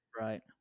Right